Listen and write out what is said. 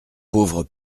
pauvre